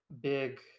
big